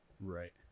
Right